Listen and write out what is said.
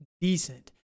decent